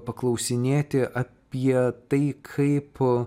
paklausinėti apie tai kaip